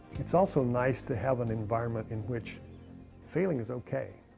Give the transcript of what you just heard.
it's also nice to have an environment in which failing is okay.